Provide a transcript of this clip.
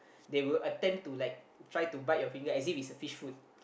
they will attempt to like try to bite your finger as if it's a fish food